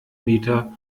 meter